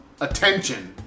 attention